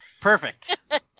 Perfect